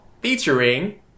featuring